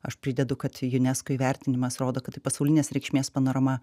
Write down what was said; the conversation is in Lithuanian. aš pridedu kad unesco įvertinimas rodo kad tai pasaulinės reikšmės panorama